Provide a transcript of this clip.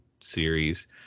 series